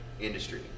industry